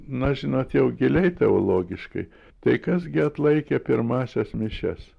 na žinot jau giliai teologiškai tai kas gi atlaikė pirmąsias mišias